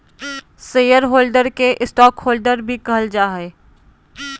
share holder के stockholder भी कहल जा हइ